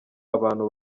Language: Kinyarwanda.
abantu